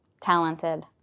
Talented